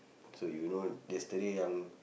so you know yesterday yang